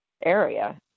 area